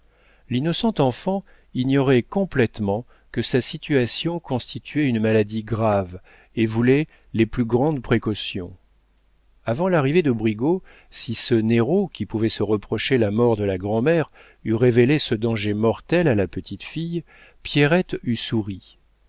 l'innocente enfant ignorait complétement que sa situation constituait une maladie grave et voulait les plus grandes précautions avant l'arrivée de brigaut si ce néraud qui pouvait se reprocher la mort de la grand'mère eût révélé ce danger mortel à la petite-fille pierrette eût souri